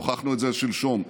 הוכחנו את זה שלשום,